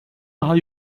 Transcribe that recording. daha